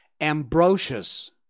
Ambrosius